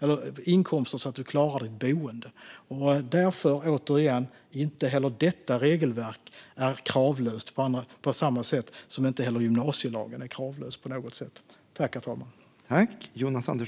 och inkomster så att du klarar ditt boende. Återigen kan jag konstatera att inte heller detta regelverk är kravlöst, precis som att gymnasielagen inte heller är kravlös.